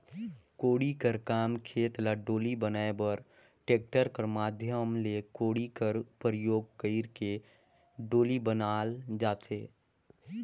कोड़ी कर काम खेत ल डोली बनाए बर टेक्टर कर माध्यम ले कोड़ी कर परियोग कइर के डोली बनाल जाथे